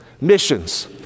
missions